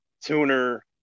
Tuner